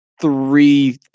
three